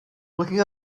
looking